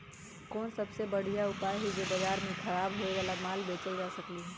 कोन सबसे बढ़िया उपाय हई जे से बाजार में खराब होये वाला माल बेचल जा सकली ह?